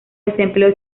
desempleo